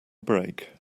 break